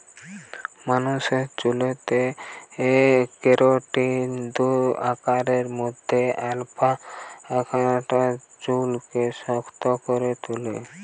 মানুষের চুলেতে কেরাটিনের দুই আকারের মধ্যে আলফা আকারটা চুলকে শক্ত করে তুলে